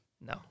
No